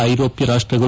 ಐರೋಪ್ಯ ರಾಷ್ಟಗಳು